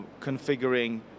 configuring